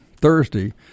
Thursday